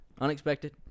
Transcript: Unexpected